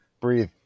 Breathe